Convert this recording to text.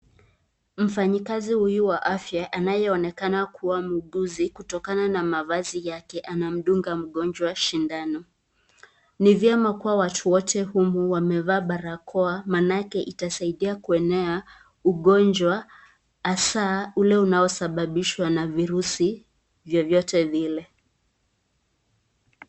Mfanyikazi huyu wa afya anayeonekana kuwa muuguzi kutokana na mavazi yake, anamdunga mgonjwa sindano. Ni vyema kuwa watu wote humu wamevaa barakoa, maanake itasaidia kuenea ugonjwa hasa ule unaosababishwa na virusi vyovyote vile.